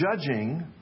judging